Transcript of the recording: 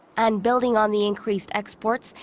and building on the increased exports.